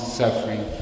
suffering